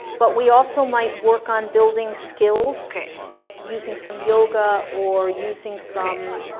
but we also might work on building skills like using some yoga or using some